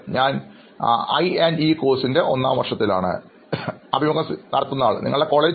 ഞാൻ I E കോഴ്സിന്റെ ഒന്നാം വർഷത്തിലാണ് അഭിമുഖം നടത്തുന്നയാൾ നിങ്ങളുടെ കോളേജ്